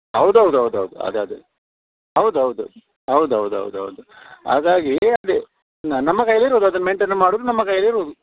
ಹೌದ್ ಹೌದ್ ಹೌದ್ ಹೌದ್ ಅದು ಅದೇ ಹೌದು ಹೌದು ಹೌದು ಹೌದು ಹೌದು ಹೌದು ಹಾಗಾಗಿ ಅದೇ ನಮ್ಮ ಕೈಲ್ಲಿರುವುದು ಅದನ್ನು ಮೇಂಯ್ಟೇನ್ ಮಾಡುದು ನಮ್ಮ ಕೈಲ್ಲಿರುವುದು